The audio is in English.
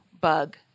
bug